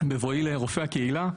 בבוא מחלים למרפאות בקהילה,